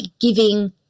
giving